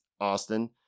Austin